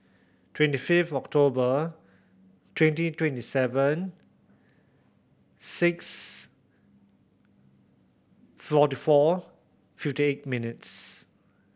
twenty five October twenty twenty seven six forty four fifty eight minutes